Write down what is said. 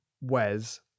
Wes